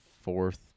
fourth